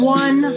one